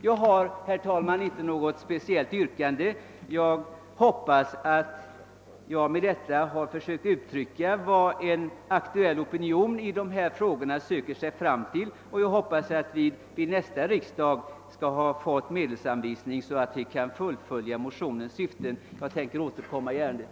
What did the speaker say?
Jag har, herr talman, inte något speciellt yrkande, men jag hoppas att jag har kunnat uttrycka vad en aktuell och intresserad opinion i den här frågan söker sig fram till. Jag hoppas att vi skall kunna anvisa medel så att motionens syfte nås, och jag tänker återkomma i ärendet.